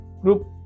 group